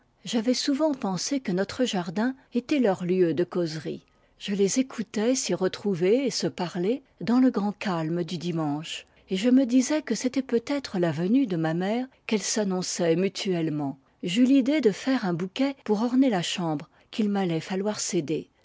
j'avais souvent pensé que notre jardin était leur lieu de causerie je les écoutais s'y retrouver et se parler dans le grand calme du dimanche et je me disais que c'était peut-être la venue de ma mère qu'elles s'annonçaient mutuellement j'eus l'idée de faire un bouquet pour orner la chambre qu'il m'allait falloir céder